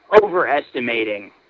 overestimating